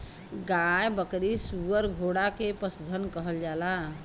गाय बकरी सूअर घोड़ा के पसुधन कहल जाला